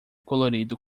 colorido